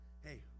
hey